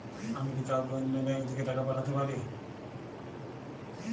আমি কি কাউকে অন্য ব্যাংক থেকে টাকা পাঠাতে পারি?